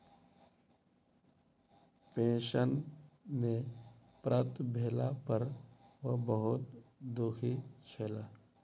pension नै प्राप्त भेला पर ओ बहुत दुःखी छला